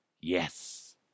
Yes